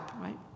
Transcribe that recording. right